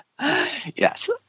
Yes